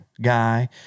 guy